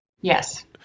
Yes